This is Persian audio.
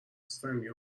رستمی